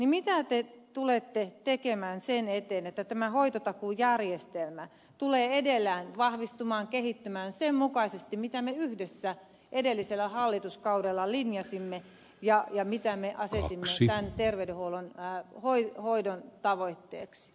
mitä te tulette tekemään sen eteen että tämä hoitotakuujärjestelmä tulee edelleen vahvistumaan kehittymään sen mukaisesti mitä me yhdessä edellisellä hallituskaudella linjasimme ja mitä me asetimme terveydenhuollon hoidon tavoitteeksi